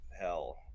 hell